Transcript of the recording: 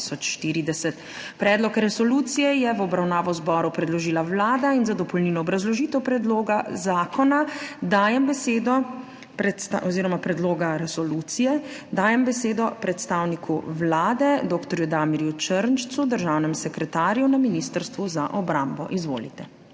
Predlog resolucije je v obravnavo zboru predložila Vlada in za dopolnilno obrazložitev predloga resolucije dajem besedo predstavniku Vlade dr. Damirju Črncu, državnemu sekretarju na Ministrstvu za obrambo. Izvolite.